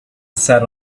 sat